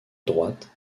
droite